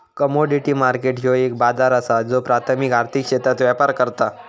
commodity market ह्यो एक बाजार असा ज्यो प्राथमिक आर्थिक क्षेत्रात व्यापार करता